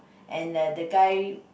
and the the guy